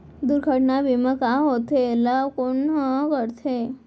दुर्घटना बीमा का होथे, एला कोन ह करथे?